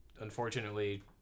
unfortunately